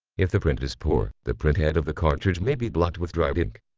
if the print is poor, the printhead of the cartridge may be blocked with dried ink.